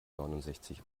neunundsechzig